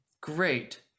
great